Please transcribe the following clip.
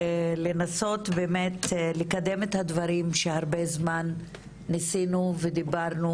לנסות באמת לקדם את הדברים שהרבה זמן ניסינו ודיברנו